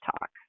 talk